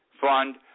fund